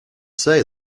say